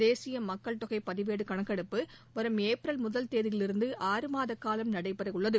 தேசிய மக்கள் தொகை பதிவேடு கணக்கெடுப்பு வரும் ஏப்ரல் முதல் தேதியிலிருந்து ஆறு மாத காலம் நடைபெற உள்ளது